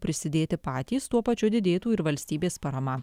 prisidėti patys tuo pačiu didėtų ir valstybės parama